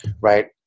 right